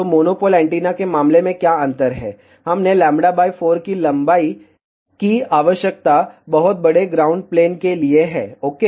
तो monopole antenna के मामले में क्या अंतर है हमें λ4 की लंबाई की आवश्यकता बहुत बड़े ग्राउंड प्लेन के लिए है ओके